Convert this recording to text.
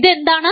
ഇത് എന്താണ്